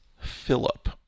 Philip